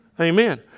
Amen